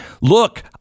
look